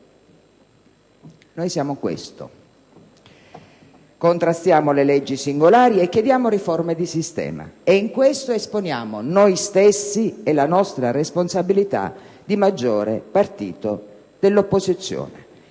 Noi siamo questo. Contrastiamo le leggi singolari e chiediamo riforme di sistema. In questo esponiamo noi stessi e la nostra responsabilità di maggiore partito dell'opposizione.